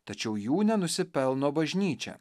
tačiau jų nenusipelno bažnyčia